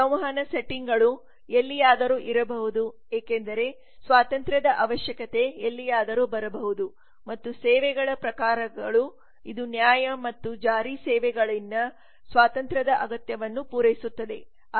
ಸಂವಹನ ಸೆಟ್ಟಿಂಗ್ಗಳು ಎಲ್ಲಿಯಾದರೂ ಇರಬಹುದು ಏಕೆಂದರೆ ಸ್ವಾತಂತ್ರ್ಯದ ಅವಶ್ಯಕತೆ ಎಲ್ಲಿಯಾದರೂ ಬರಬಹುದು ಮತ್ತು ಸೇವೆಗಳ ಪ್ರಕಾರಗಳು ಇದು ನ್ಯಾಯ ಮತ್ತು ಜಾರಿ ಸೇವೆಗಳಲ್ಲಿ ಸ್ವಾತಂತ್ರ್ಯದ ಅಗತ್ಯವನ್ನು ಪೂರೈಸುತ್ತದೆ